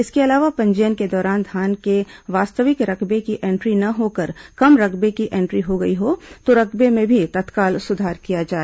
इसके अलावा पंजीयन के दौरान धान के वास्तविक रकबे की एंट्री न होकर कम रकबे की एंट्री हो गई हो तो रकबे में भी तत्काल सुधार किया जाए